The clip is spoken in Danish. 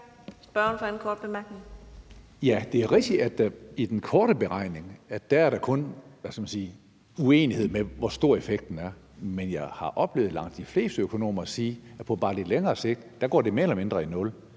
Karsten Hønge (SF): Ja, det er rigtigt, at der i den korte beregning kun er uenighed om, hvor stor effekten er, men jeg har oplevet langt de fleste økonomer sige, at på bare lidt længere sigt går det mere eller mindre i nul.